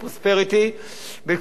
בתקופה של רגיעה,